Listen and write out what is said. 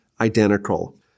identical